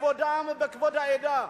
בכבודם ובכבוד העדה.